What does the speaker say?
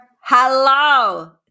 hello